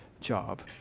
job